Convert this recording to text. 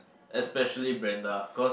especially Brenda cause